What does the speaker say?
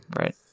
Right